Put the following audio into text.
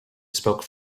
spoke